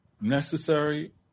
necessary